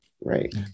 Right